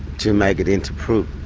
to make it into proof.